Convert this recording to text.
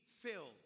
filled